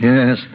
Yes